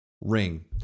ring